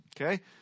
Okay